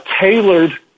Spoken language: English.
tailored